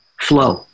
Flow